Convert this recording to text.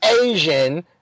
Asian